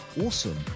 awesome